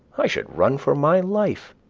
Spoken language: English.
i should run for my life,